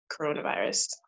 coronavirus